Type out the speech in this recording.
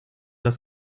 das